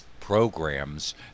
programs